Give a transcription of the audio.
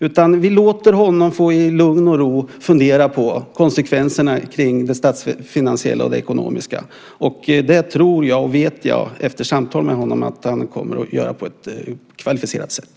I stället låter vi honom i lugn och ro få fundera på konsekvenserna för det statsfinansiella och det ekonomiska, och jag tror och vet efter samtal med honom att han kommer att göra det på ett kvalificerat sätt.